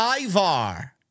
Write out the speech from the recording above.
Ivar